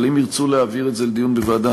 אבל אם ירצו להעביר את זה לדיון בוועדה,